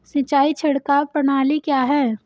सिंचाई छिड़काव प्रणाली क्या है?